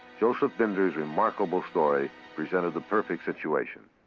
joseph binder's remarkable story presented the perfect situation.